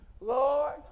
Lord